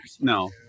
No